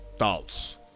Thoughts